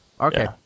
Okay